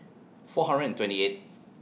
four hundred and twenty eight